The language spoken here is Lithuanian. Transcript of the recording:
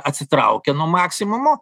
atsitraukė nuo maksimumo